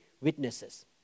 witnesses